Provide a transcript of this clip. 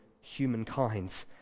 humankind